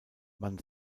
man